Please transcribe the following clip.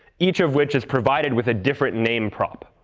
each of which is provided with a different name prop.